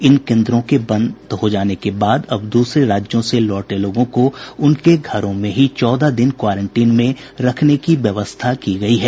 इन केन्द्रों के बंद हो जाने के बाद अब दूसरे राज्यों से लौटे लोगों को उनके घरों में ही चौदह दिन क्वारेंटीन में रखने की व्यवस्था की गयी है